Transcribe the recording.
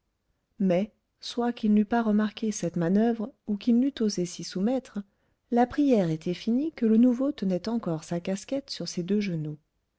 mais soit qu'il n'eût pas remarqué cette manoeuvre ou qu'il n'eut osé s'y soumettre la prière était finie que le nouveau tenait encore sa casquette sur ses deux genoux